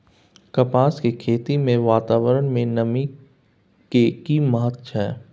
कपास के खेती मे वातावरण में नमी के की महत्व छै?